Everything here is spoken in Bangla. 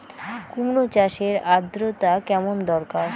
কুমড়ো চাষের আর্দ্রতা কেমন দরকার?